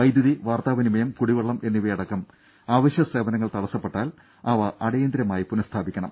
വൈദ്യുതി വാർത്താ വിനിമയം കുടിവെള്ളം എന്നിവയടക്കം അവശ്യ സേവനങ്ങൾ തടസ്സപ്പെട്ടാൽ അവ അടിയന്തരമായി പുനസ്ഥാപിക്കണം